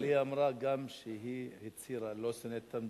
אבל היא אמרה גם שהיא הצהירה: לא שונאת את המדינה,